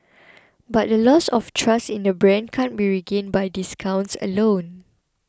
but the loss of trust in the brand can't be regained by discounts alone